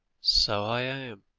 so i am,